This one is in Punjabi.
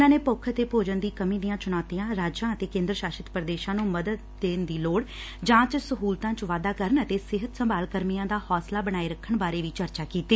ਉਨ੍ਹਾਂ ਨੇ ਭੁੱਖ ਅਤੇ ਭੋਜਨ ਦੀ ਕਮੀ ਦੀਆਂ ਚੂਣੌਤੀਆ ਰਾਜਾ ਅਤੇ ਕੇਦਰ ਸ਼ਾਸਤ ਪ੍ਰਦੇਸ਼ਾ ਨੂੰ ਮਦਦ ਦੇਣ ਦੀ ਲੱੜ ਜਾਚ ਸਹੁਲਤਾ ਚ ਵਾਧਾ ਕਰਨ ਸਿਹਤ ਸੰਭਾਲ ਕਰਮੀਆਂ ਦਾ ਹੌਸਲਾ ਬਣਾਏ ਰੱਖਣ ਬਾਰੇ ਵੀ ਚਰਚਾ ਕੀਤੀ